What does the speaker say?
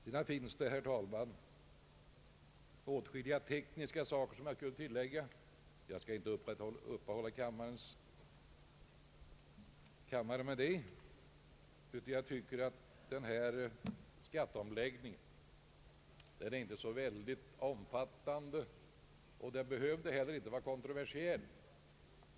Det finns, herr talman, åtskilliga tekniska aspekter som jag kunde tillägga, men jag skall inte uppehålla kammaren med det. Denna skatteomläggning är inte så väldigt omfattande och den behövde heller inte vara kontroversiell.